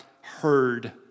heard